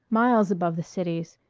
miles above the cities,